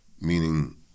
meaning